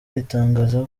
iratangaza